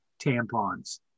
tampons